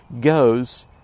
goes